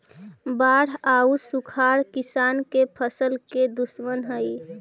बाढ़ आउ सुखाड़ किसान के फसल के दुश्मन हइ